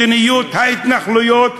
מדיניות ההתנחלויות,